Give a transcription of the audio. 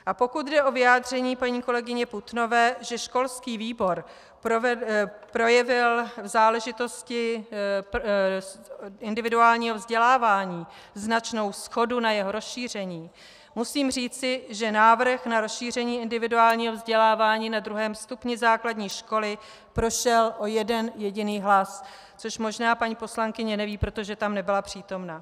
A pokud jde o vyjádření paní kolegyně Putnové, že školský výbor projevil v záležitosti individuálního vzdělávání značnou shodu na jeho rozšíření, musím říci, že návrh na rozšíření individuálního vzdělávání na druhém stupni základní školy prošel o jeden jediný hlas, což možná paní poslankyně neví, protože tam nebyla přítomna.